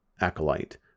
Acolyte